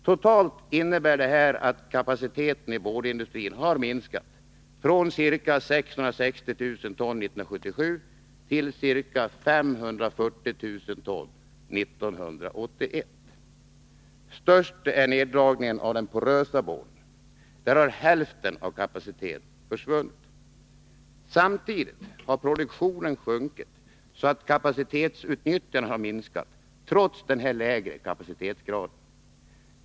Totalt innebär det här att kapaciteten i boardindustrin har minskat från ca 660 000 ton 1977 till ca 540 000 ton 1981. Störst är neddragningen när det gäller den porösa boarden. Där har hälften av kapaciteten försvunnit. Samtidigt har produktionen sjunkit så att kapacitetsutnyttjandet har minskat trots den lägre kapacitetsgraden.